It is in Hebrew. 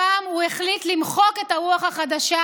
הפעם הוא החליט למחוק את הרוח החדשה